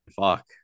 fuck